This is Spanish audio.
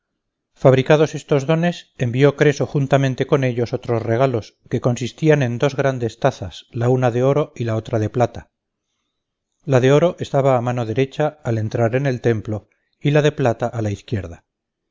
fabricados estos dones envió creso juntamente con ellos otros regalos que consistían en dos grandes tazas la una de oro y la otra de plata la de oro estaba a mano derecha al entrar en el templo y la de plata a la izquierda